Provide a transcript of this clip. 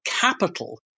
capital